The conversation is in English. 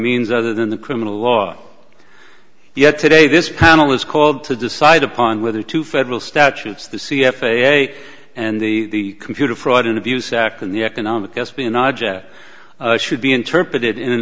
means other than the criminal law yet today this panel is called to decide upon whether two federal statutes the c f a and the computer fraud and abuse act in the economic espionage act should be interpreted in an